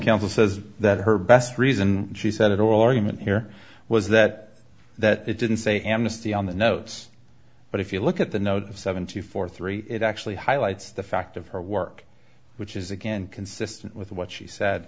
counsel says that her best reason she said it all argument here was that that it didn't say amnesty on the notes but if you look at the notice seventy four three it actually highlights the fact of her work which is again consistent with what she said